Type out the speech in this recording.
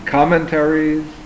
commentaries